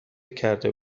کرده